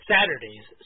Saturdays